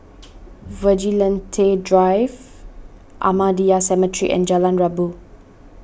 Vigilante Drive Ahmadiyya Cemetery and Jalan Rabu